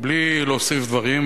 בלי להוסיף דברים,